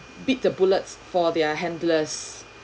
beat the bullets for their handlers